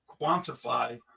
quantify